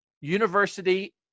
university